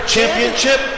Championship